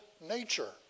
nature